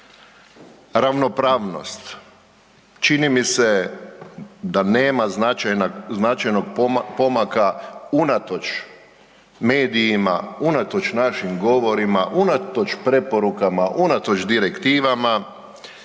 Ravnopravnost čini mi se da nema značajnog pomaka unatoč medijima, unatoč našim govorima, unatoč preporukama, unatoč direktivama